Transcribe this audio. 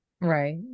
right